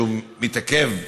שהוא מתעכב,